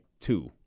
two